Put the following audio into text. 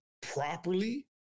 properly